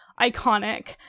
iconic